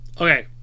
okay